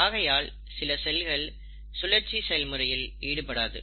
ஆகையால் சில செல்கள் சுழற்சி செயல்முறையில் ஈடுபடாது